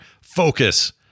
focus